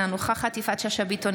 אינה נוכחת יפעת שאשא ביטון,